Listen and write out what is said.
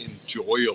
enjoyable